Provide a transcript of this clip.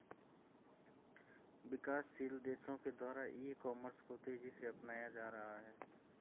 विकासशील देशों के द्वारा ई कॉमर्स को तेज़ी से अपनाया जा रहा है